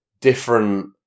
different